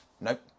nope